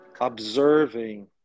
observing